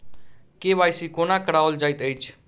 KYC कोना कराओल जाइत अछि?